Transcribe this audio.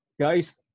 guys